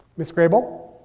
miss grey bull.